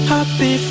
Happy